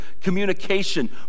communication